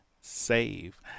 SAVE